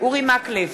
אורי מקלב,